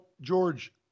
George